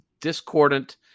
discordant